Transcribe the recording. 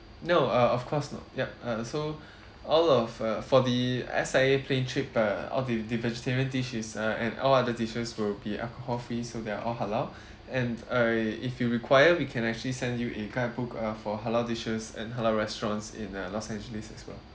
no err of course not yup uh so all of uh for the S_I_A plane trip err all the the vegetarian dish is err and all other dishes will be alcohol-free so they're all halal and I if you require we can actually send you a guidebook uh for halal dishes and halal restaurants in uh los angeles as well